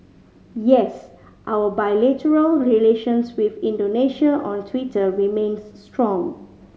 yes our bilateral relations with Indonesia on Twitter remains strong